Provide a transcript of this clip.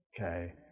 Okay